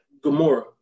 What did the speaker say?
Gamora